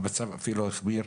המצב אפילו החמיר.